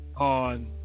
on